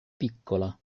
piccola